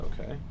Okay